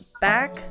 back